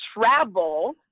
travel